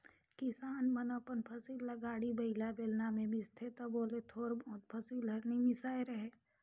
किसान मन अपन फसिल ल गाड़ी बइला, बेलना मे मिसथे तबो ले थोर बहुत फसिल हर नी मिसाए रहें